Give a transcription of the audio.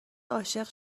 عاشق